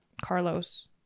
Carlos